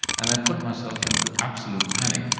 and i put myself into absolute panic.